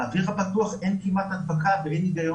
באוויר הפתוח אין כמעט הדבקה ואין היגיון